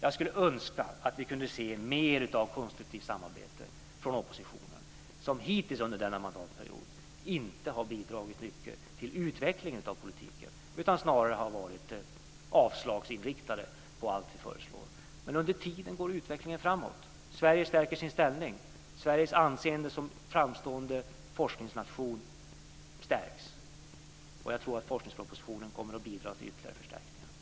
Jag skulle önska att vi kunde se mer av konstruktivt samarbete från oppositionen, som hittills under denna mandatperiod inte har bidragit mycket till utvecklingen av politiken utan snarare har varit avslagsinriktade på allt vi föreslår. Men under tiden går utvecklingen framåt. Sverige stärker sin ställning. Sveriges anseende som framstående forskningsnation stärks, och jag tror att forskningspropositionen kommer att bidra till ytterligare förstärkningar.